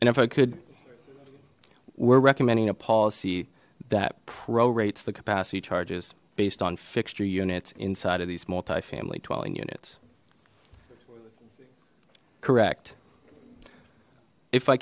and if i could we're recommending a policy that prorates the capacity charges based on fixture units inside of these multi family dwelling units correct if i